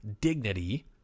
dignity